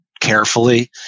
carefully